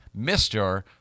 Mr